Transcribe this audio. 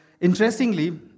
interestingly